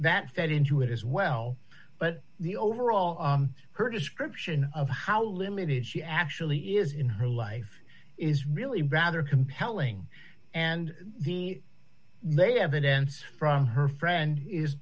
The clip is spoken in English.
that fed into it as well but the overall her description of how limited she actually is in her life is really rather compelling and the may evidence from her friend is